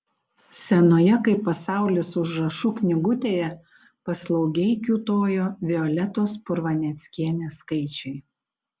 senoje kaip pasaulis užrašų knygutėje paslaugiai kiūtojo violetos purvaneckienės skaičiai